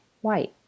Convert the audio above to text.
white